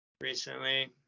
recently